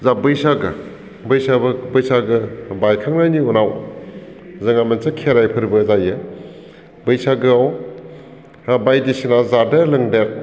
जा बैसागो बैसागो बायखांनायनि उनाव जोङो मोनसे खेराइ फोरबो जायो बैसागोआव बायदिसिना जादेर लोंदेर